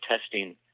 testing